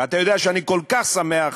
אתה יודע שאני כל כך שמח.